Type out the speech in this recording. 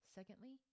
Secondly